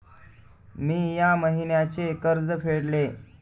मी या महिन्याचे कर्ज फेडले